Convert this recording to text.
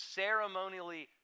ceremonially